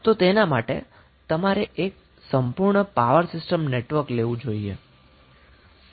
તો તેના માટે તમારે એક સંપુર્ણ પાવર સિસ્ટમ નેટવર્ક લેવું જોઈએ